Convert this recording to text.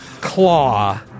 claw